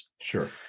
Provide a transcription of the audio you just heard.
Sure